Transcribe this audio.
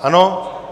Ano?